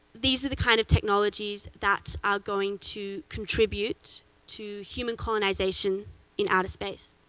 these are the kind of technologies that are going to contribute to human colonization in outer space.